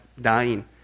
dying